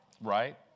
right